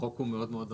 החוק מאוד מאוד ארוך.